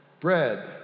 bread